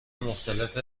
مختلف